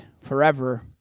forever